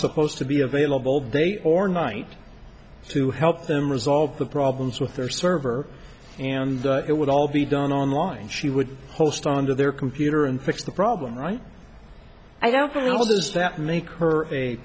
supposed to be available day or night to help them resolve the problems with their server and it would all be done online she would post on their computer and fix the problem right i don't put all those that make her a